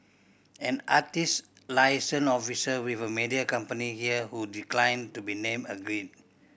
an artist liaison officer with a media company here who declined to be named agreed